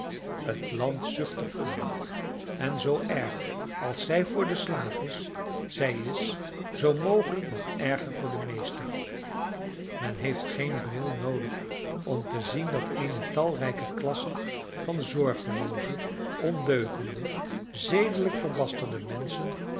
het land zucht er onder en zoo erg als zij voor den slaaf is zij is zoo mogelijk nog erger voor den meester men heeft geen bril noodig om te zien dat eene talrijke klasse van zorgelooze ondeugende zedelijk verbasterde menschen